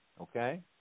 Okay